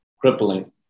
crippling